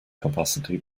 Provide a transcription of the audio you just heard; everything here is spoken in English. capacity